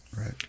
right